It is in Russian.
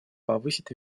повысит